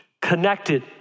connected